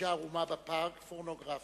אשה ערומה בפארק, פורנוגרפיה,